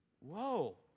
Whoa